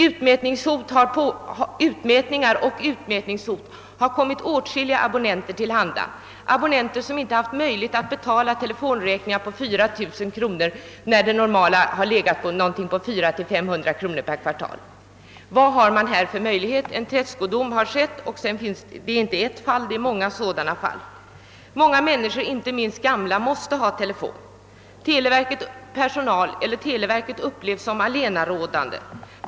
Utmätning har verkställts och utmätningshot har kommit åtskilliga abonnenter till handa som inte haft möjligheter att betala telefonräkningar på t.ex. 4000 kronor, när beloppet normalt har legat vid 400 å 500 kronor per kvartal. Vad har abonnenterna där för möjligheter? Tredskodom har meddelats i många sådana fall. Många människor, inte minst gamla, måste ha telefon, och televerket uppleves av dem som allenarådande.